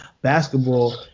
basketball